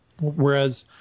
whereas